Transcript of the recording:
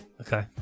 Okay